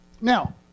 Now